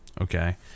Okay